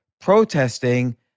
protesting